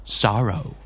sorrow